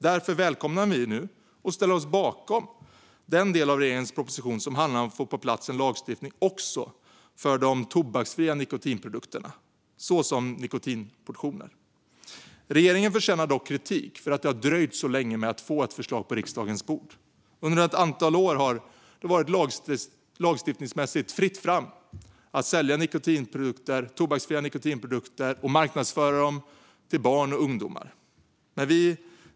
Vi välkomnar därför och ställer oss bakom den del av regeringens proposition som handlar om att få på plats en lagstiftning också för de tobaksfria nikotinprodukterna, såsom nikotinportioner. Regeringen förtjänar dock kritik för att ha dröjt så länge med att lägga ett förslag på riksdagens bord. Under ett antal år har det lagstiftningsmässigt varit fritt fram att sälja och marknadsföra tobaksfria nikotinprodukter till barn och ungdomar.